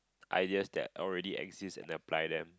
ideas that already exist and apply them